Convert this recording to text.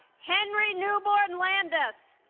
henry neuborne landis